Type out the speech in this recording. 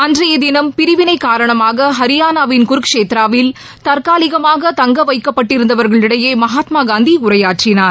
அன்றைய தினம் பிரிவினை காரணமாக ஹரியானாவின் குருஷேத்ராவில் தற்காலிகமாக தங்க வைக்கப்பட்டிருந்தவர்களிடையே மகாத்மா காந்தி உரையாற்றினார்